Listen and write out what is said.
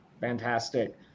Fantastic